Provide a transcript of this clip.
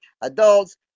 adults